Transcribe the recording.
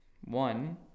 One